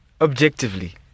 objectively